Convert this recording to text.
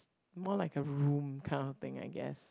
more like a room kind of thing I guess